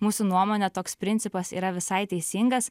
mūsų nuomone toks principas yra visai teisingas